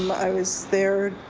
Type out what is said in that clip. i was there